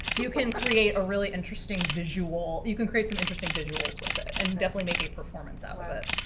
you can create a really interesting visual. you can create some interesting visuals with it and definitely make a performance out of it.